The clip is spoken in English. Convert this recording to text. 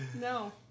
No